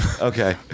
Okay